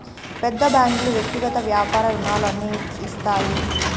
పెద్ద బ్యాంకులు వ్యక్తిగత వ్యాపార రుణాలు అన్ని ఇస్తాయి